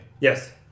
Yes